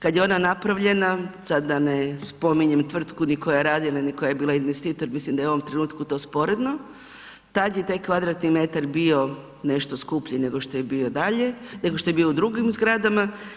Kad je ona napravljena, sad da ne spominjem tvrtku ni koja je radila ni koja je bila investitor, mislim da je u ovom trenutku to sporedno tada je taj kvadratni metar bio nešto skuplji nego što je bio dalje, nego što je bio u drugim zgradama.